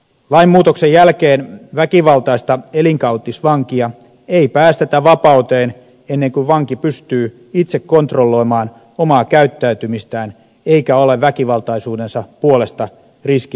lainmuutoksen jälkeen väkivaltaista elinkautisvankia ei päästetä vapauteen ennen kuin vanki pystyy itse kontrolloimaan omaa käyttäytymistään eikä ole väkivaltaisuutensa puolesta riski muiden turvallisuudelle